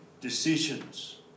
decisions